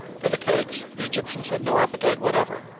for the cakes the egyptians had no appetite whatever,